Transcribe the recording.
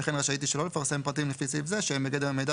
וכן רשאית היא שלא לפרסם פרטים לפי סעיף זה שהם בגדר מידע